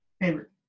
favorite